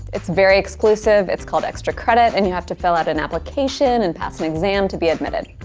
it's very exclusive, it's called extra credit, and you have to fill out an application and pass an exam to be admitted.